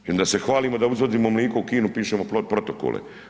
I onda se hvalimo da izvozimo mlijeko u Kinu, pišemo protokole.